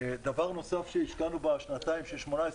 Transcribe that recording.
דבר נוסף שהשקענו בשנים 2019-2018,